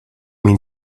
mean